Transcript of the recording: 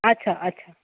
अच्छा अच्छा